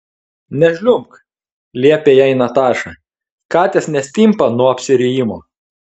nežliumbk liepė jai nataša katės nestimpa nuo apsirijimo